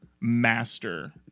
master